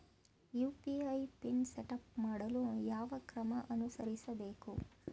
UPI PIN setup ಮಾಡಲು ಯಾವ ಕ್ರಮ ಅನುಸರಿಸಬೇಕು?